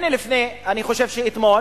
הנה, אני חושב שאתמול